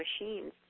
machines